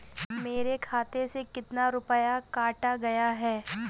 मेरे खाते से कितना रुपया काटा गया है?